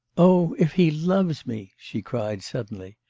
oh, if he loves me she cried suddenly,